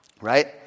right